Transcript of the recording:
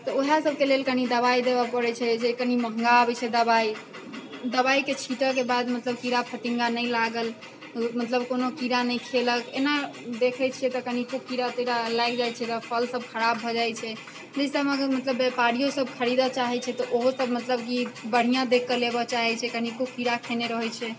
तऽ ओएह सबके लेल कनी दवाइ देबै पड़ैत छै जे कनी महँगा अबैत छै दवाइ दवाइके छिटैके बाद मतलब कीड़ा फतिङ्गा नहि लागल मतलब कोनो कीड़ा नहि खयलक एना देखैत छियै तऽ कनी खूब कीड़ा तीड़ा लागि जाइत छै ओकरा फल सब खराब भऽ जाइत छै जाहिसँ मतलब व्यपारियो सब खरीदै चाहैत छै तऽ ओहो सब मतलब की बढ़िआँ देखि कऽ लेबै चाहैत छै कनिको कीड़ा खयने रहैत छै